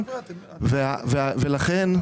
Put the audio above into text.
ולכן,